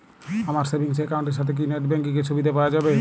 আমার savings account এর সাথে কি নেটব্যাঙ্কিং এর সুবিধা পাওয়া যাবে?